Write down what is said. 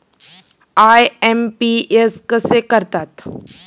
IMPS कसे करतात?